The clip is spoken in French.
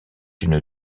une